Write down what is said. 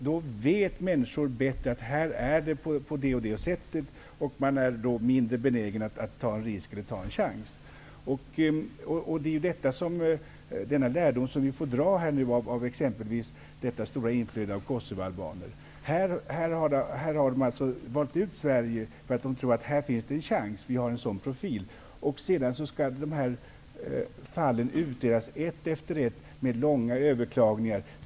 Då vet människor att det är på ett visst sätt här, och därmed är de mindre benägna att ta en chans. Det är denna lärdom vi får dra av exempelvis det stora inflödet av kosovoalbaner. De har alltså valt ut Sverige därför att de tror att det här finns en chans, eftersom vi har en sådan profil. Sedan skall dessa fall utredas, ett efter ett, med långa överklagningar.